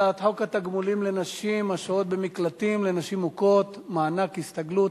הצעת חוק תגמולים לנשים השוהות במקלטים לנשים מוכות (מענק הסתגלות),